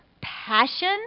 passion